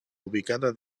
ubicada